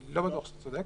אני לא בטוח שאתה צודק.